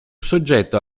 soggetto